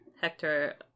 Hector